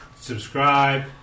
subscribe